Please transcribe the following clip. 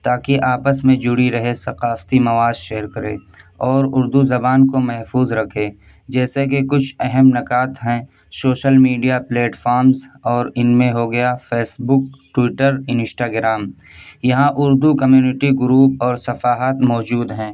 تا کہ آپس میں جڑی رہے ثقافتی مواد شیئر کرے اور اردو زبان کو محفوظ رکھے جیسا کہ کچھ اہم نکات ہیں سوشل میڈیا پلیٹ فارمز اور ان میں ہو گیا فیس بک ٹویٹر انسٹاگرام یہاں اردو کمیونٹی گروپ اور صفاحات موجود ہیں